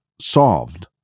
solved